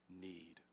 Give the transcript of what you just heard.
need